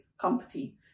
company